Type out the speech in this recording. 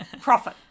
profit